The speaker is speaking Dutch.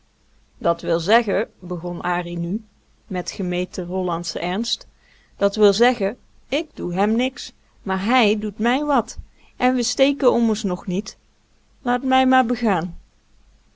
dat wil zeggen begon an nu met gemeten hollandschen ernst dat wil zeggen ik doe hem niks maar hij doet mijn wat en we steken ommers nog niet laat mijn maar begaan